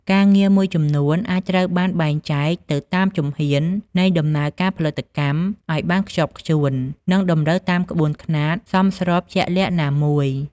ការងារមួយចំនួនអាចត្រូវបានបែងចែកទៅតាមជំហាននៃដំណើរការផលិតកម្មឱ្យបានខ្ជាប់ខ្ជួន និងតម្រូវតាមក្បួនខ្នាតសមស្របជាក់លាក់ណាមួយ។